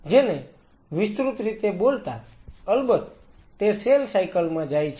જેને વિસ્તૃતરીતે બોલતા અલબત તે સેલ સાયકલ માં જાય છે